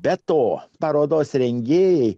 be to parodos rengėjai